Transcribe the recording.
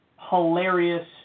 hilarious